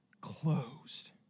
closed